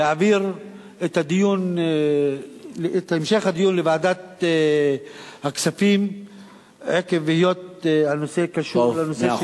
להעביר את המשך הדיון לוועדת הכספים עקב היות הנושא קשור לנושא של יבוא.